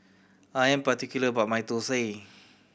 I am particular about my thosai